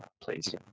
Please